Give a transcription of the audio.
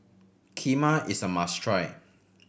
kheema is a must try